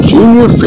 Junior